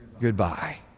goodbye